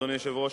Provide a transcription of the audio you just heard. אדוני היושב-ראש,